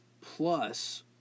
Plus